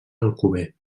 alcover